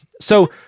So-